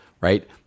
right